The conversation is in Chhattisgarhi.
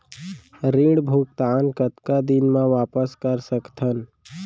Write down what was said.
ऋण भुगतान कतका दिन म वापस कर सकथन?